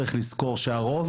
צריך לזכור שהרוב,